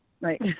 Right